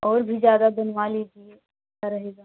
और भी ज़्यादा बनवा लीजिए रहेगा